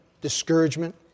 discouragement